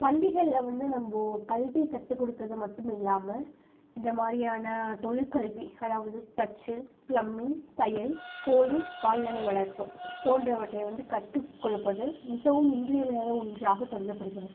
பள்ளிகளில் வந்து நம்ம கல்வி கற்றுக் கொடுக்கறது மட்டும் இல்லாமல் இந்த மாதிரியான தொழிற்கல்வி அதாவது தச்சு பிளம்மிங் தையல் கோழி கால்நடை வளர்ப்பு போன்றவற்றை வந்து கற்றுக் கொடுப்பது மிகவும் இன்றியமையாத ஒன்றாக கருதப்படுகிறது